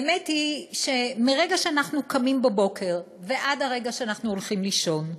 האמת היא שמרגע שאנחנו קמים בבוקר ועד הרגע שאנחנו הולכים לישון,